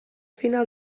final